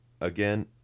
Again